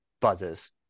buzzes